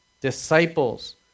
disciples